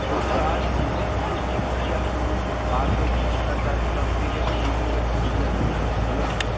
ہُہ تہِ چھُ اَز مطلب یہِ چھِ مطلب پرٮ۪تھ کُنہِ منٛز اَکھ گٔیے سۄ سَرکار سٕنٛدِ طرفہٕ بیٚیہِ گژھن مٔہنِو گژھن بِہِتھ مطلب